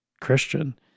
Christian